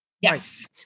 Yes